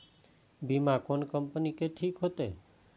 बीमा कोन कम्पनी के ठीक होते?